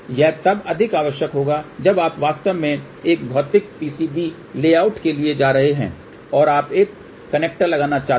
यह तब अधिक आवश्यक होगा जब आप वास्तव में एक भौतिक PCB लेआउट के लिए जा रहे हों और आप एक कनेक्टर लगाना चाहते हों